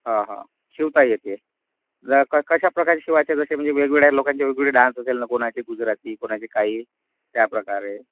हा हा शिवताही येते ज क कशाप्रकारची शिवायची जसे म्हणजे वेगवेगळ्या लोकांचे वेगवेगळे डान्स असेल ना कुणाचे गुजराती कुणाचे काही त्याप्रकारे